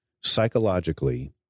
psychologically